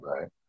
right